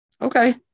Okay